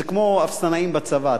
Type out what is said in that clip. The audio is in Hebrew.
זה כמו אפסנאים בצבא,